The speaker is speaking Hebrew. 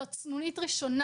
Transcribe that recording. זאת סנונית ראשונה.